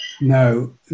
no